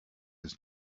his